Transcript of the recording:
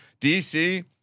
DC